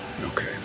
Okay